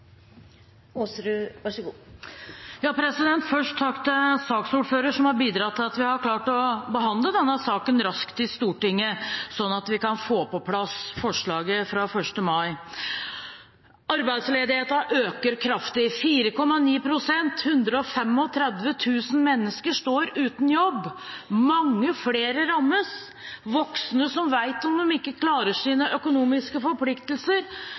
Først takk til saksordføreren, som har bidratt til at vi har klart å behandle denne saken raskt i Stortinget, sånn at vi kan få på plass endringene fra 1. mai. Arbeidsledigheten øker kraftig. 4,9 pst. – 135 000 mennesker – står uten jobb. Mange flere rammes – voksne som ikke vet om de klarer sine økonomiske forpliktelser,